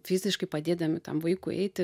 fiziškai padėdami tam vaikui eiti